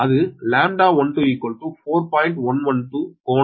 112 கோணம் மைனஸ் 70